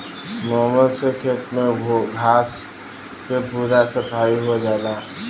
mower से खेत में घास के पूरा सफाई हो जाला